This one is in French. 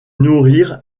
nourrir